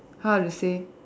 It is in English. how to say